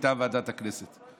מטעם ועדת הכנסת.